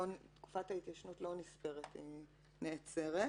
תקופת ההתיישנות לא נספרת, היא נעצרת.